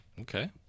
Okay